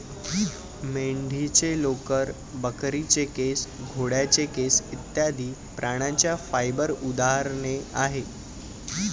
मेंढीचे लोकर, बकरीचे केस, घोड्याचे केस इत्यादि प्राण्यांच्या फाइबर उदाहरणे आहेत